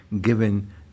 given